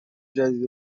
جدید